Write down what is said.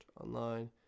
online